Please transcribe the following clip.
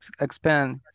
expand